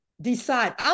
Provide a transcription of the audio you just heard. decide